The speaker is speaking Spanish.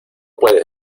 puedes